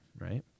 right